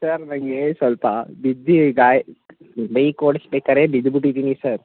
sir ನನಗೆ ಸ್ವಲ್ಪ ಬಿದ್ದು ಗಾಯ ಬೈಕ್ ಓಡಸ್ಬೇಕರೆ ಬಿದ್ಬಿಟ್ಟಿದ್ದೀನಿ ಸರ್